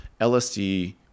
LSD